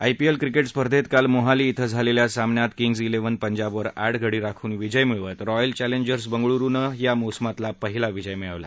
IPL cricket स्पर्धेत काल मोहाली श्री झालेल्या सामन्यात किंग्ज श्रीव्हन पंजाबवर आठ गडी राखून विजय मिळवत रॉयल चॅलेंजर्स बंगळुरुनं या मोसमातला पहिला विजय मिळवला